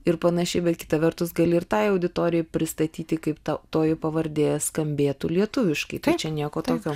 ir panašiai bet kita vertus gali ir tai auditorijai pristatyti kaip tą toji pavardė skambėtų lietuviškai tai čia nieko tokio